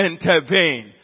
intervene